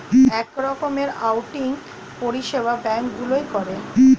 এক রকমের অ্যাকাউন্টিং পরিষেবা ব্যাঙ্ক গুলোয় করে